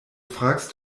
fragst